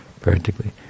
practically